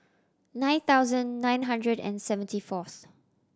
nine thousand nine hundred and seventy fourth